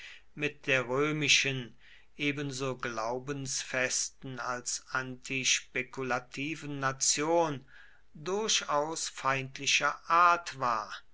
mit der römischen ebenso glaubensfesten als antispekulativen nation durchaus feindlicher art war